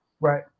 Right